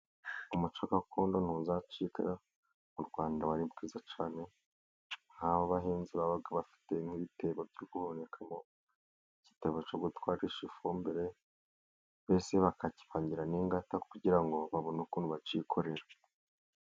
Umuco gakondo ntuzacika mu Rwanda wari mwiza cyane, nkaho abahinzi babaga bafite ibitebo byo guhunikamo, igiteba cyo gutwarisha ifumbire, mbese bakakibangira n'ingata kugira ngo babone ukuntu bacyikorera.